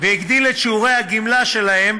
והגדיל את שיעורי הגמלה שלהם